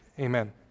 Amen